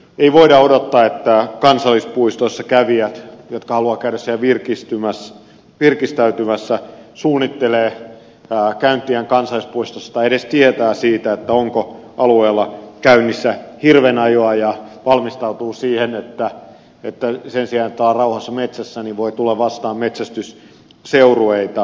ei voida odottaa että kansallispuistossa kävijät jotka haluavat käydä siellä virkistäytymässä suunnittelevat käyntiään kansallispuistossa sen mukaan tai edes tietävät siitä onko alueella käynnissä hirven ajoa ja valmistautuvat siihen että sen sijaan että on rauhassa metsässä niin voi tulla vastaan metsästysseurueita